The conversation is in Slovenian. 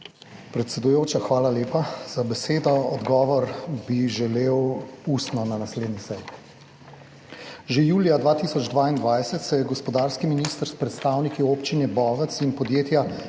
Predsedujoča, hvala lepa za besedo. Odgovor bi želel ustno na naslednji seji. Že julija 2022 se je gospodarski minister s predstavniki Občine Bovec in podjetja